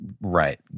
right